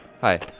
Hi